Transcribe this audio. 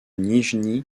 nijni